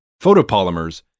photopolymers